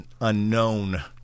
unknown